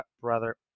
brother